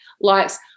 likes